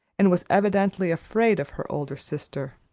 and was evidently afraid of her older sister.